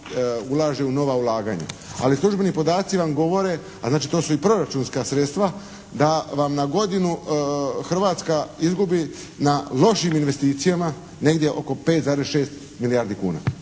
ulaže u nova ulaganja, ali službeni podaci vam govore, ali znači to su i proračunska sredstva da vam na godinu Hrvatska izgubi na lošim investicijama negdje oko 5,6 milijardi kuna.